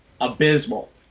abysmal